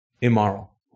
immoral